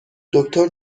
دکتر